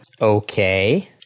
Okay